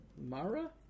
Mara